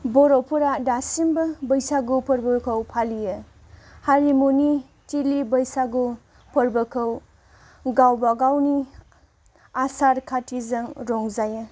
बर'फोरा दासिमबो बैसागु फोरबोखौ फालियो हारिमुनि थिलि बैसागु फोरबोखौ गावबागावनि आसार खान्थिजों रंजायो